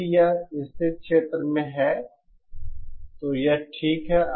यदि यह स्थिर क्षेत्र में है तो यह ठीक है